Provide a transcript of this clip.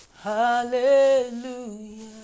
Hallelujah